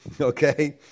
Okay